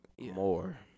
more